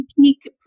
peak